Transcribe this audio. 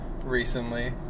recently